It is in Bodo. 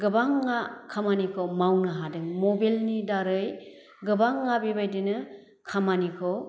गोबाङा खामानिखौ मावनो हादों मबेलनि दारै गोबाङा बेबायदिनो खामानिखौ